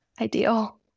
ideal